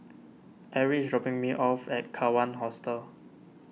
Arrie is dropping me off at Kawan Hostel